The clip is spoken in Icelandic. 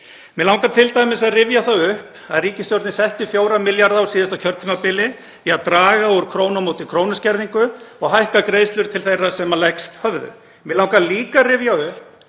Mig langar t.d. að rifja það upp að ríkisstjórnin setti 4 milljarða á síðasta kjörtímabili í að draga úr krónu á móti krónu skerðingu og hækka greiðslur til þeirra sem minnst höfðu. Mig langar líka að rifja upp